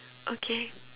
okay